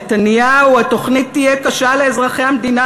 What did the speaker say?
נתניהו: "התוכנית תהיה קשה לאזרחי המדינה,